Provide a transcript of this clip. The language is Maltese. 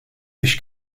fiex